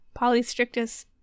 Polystrictus